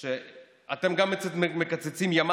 אז אני אומר לך שאתם גם מקצצים ימ"לים,